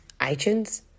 iTunes